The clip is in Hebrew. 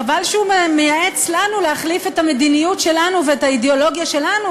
חבל שהוא מייעץ לנו להחליף את המדיניות שלנו ואת האידיאולוגיה שלנו,